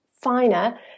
finer